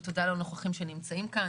ותודה לנוכחים שנמצאים כאן.